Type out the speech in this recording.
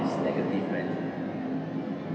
is negative friends lah